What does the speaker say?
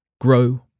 Grow